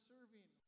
Serving